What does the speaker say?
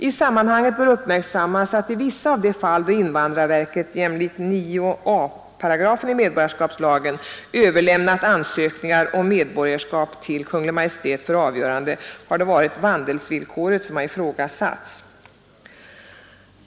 I sammanhanget bör uppmärksammas att även i vissa av de fall då invandrarverket jämlikt 9 a§ medborgarskapslagen överlämnat ansökningar om medborgarskap till Kungl. Maj:t för avgörande har det varit vandelsvillkoret som ifrågasatts.